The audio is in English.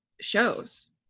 shows